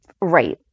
Right